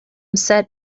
set